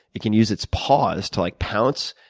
it can use its paws to like pounce.